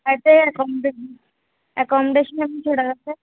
అయితే అకామిడేషన్ ఏమన్నా చూడాలా సార్